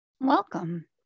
Welcome